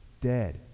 Dead